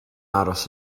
aros